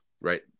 right